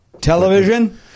television